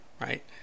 right